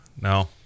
no